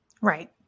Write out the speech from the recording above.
Right